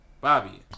Bobby